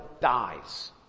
dies